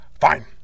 Fine